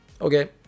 Okay